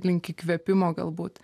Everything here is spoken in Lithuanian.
link įkvėpimo galbūt